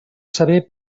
saber